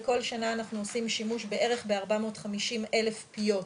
בכל שנה אנחנו עושים שימוש בערך ב-450,000 פיות